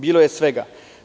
Bilo je svega.